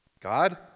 God